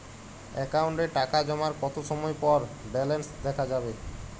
অ্যাকাউন্টে টাকা জমার কতো সময় পর ব্যালেন্স দেখা যাবে?